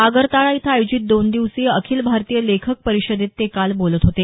आगरताळा इथं आयोजित दोन दिवसीय अखिल भारतीय लेखक परिषदेत ते काल बोलत होते